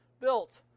built